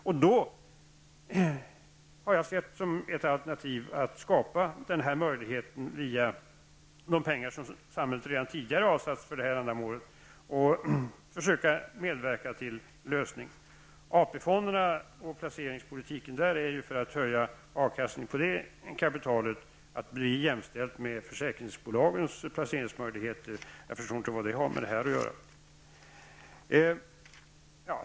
Jag har då sett det som ett alternativ att skapa den här möjligheten med de pengar som samhället redan tidigare avsatt för detta ändamål och på så sätt försöka medverka till en lösning. Förslagen när det gäller AP-fonderna och placeringspolitiken där har ju framlagts för att höja avkastningen på det kapitalet genom att ge fonderna samma placeringsmöjligheter som försäkringsbolagen har. Jag förstår inte vad det har med det här att göra.